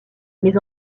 mais